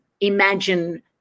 imagine